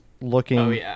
looking